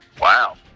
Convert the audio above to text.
Wow